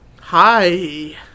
hi